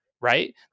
right